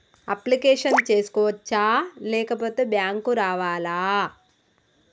Application చేసుకోవచ్చా లేకపోతే bank రావాలా?